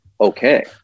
Okay